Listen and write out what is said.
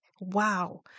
Wow